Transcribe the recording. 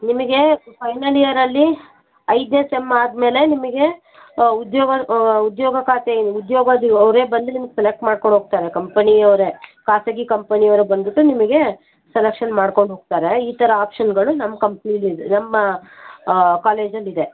ನಿಮಗೆ ಫೈನಲ್ ಇಯರಲ್ಲಿ ಐದನೇ ಸೆಮ್ ಆದಮೇಲೆ ನಿಮಗೆ ಉದ್ಯೋಗನ ಉದ್ಯೋಗ ಖಾತೆ ಉದ್ಯೋಗದ ಅವರೇ ಬಂದು ನಿಮ್ಗೆ ಸೆಲೆಕ್ಟ್ ಮಾಡ್ಕೊಂಡು ಹೋಗ್ತಾರೆ ಕಂಪನಿಯವ್ರೇ ಖಾಸಗಿ ಕಂಪನಿಯವ್ರೇ ಬಂದ್ಬಿಟ್ಟು ನಿಮಗೆ ಸೆಲೆಕ್ಷನ್ ಮಾಡ್ಕೊಂಡು ಹೋಗ್ತಾರೆ ಈ ಥರ ಆಪ್ಷನ್ಗಳು ನಮ್ಮ ಕಂಪ್ನಿಲಿ ಇದೆ ನಮ್ಮ ಕಾಲೇಜಲ್ಲಿ ಇದೆ